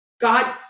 God